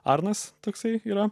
arnas toksai yra